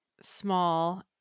small